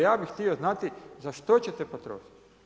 Ja bi htio znati za što ćete potrošiti.